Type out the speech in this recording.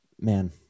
man